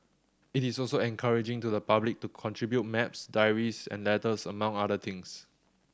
it is also encouraging to the public to contribute maps diaries and letters among other things